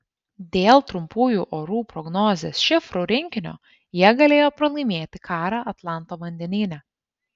dėl trumpųjų orų prognozės šifrų rinkinio jie galėjo pralaimėti karą atlanto vandenyne